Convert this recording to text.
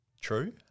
true